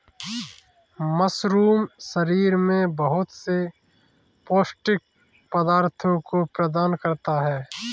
mushroom शरीर में बहुत से पौष्टिक पदार्थों को प्रदान करता है